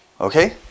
Okay